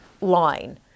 line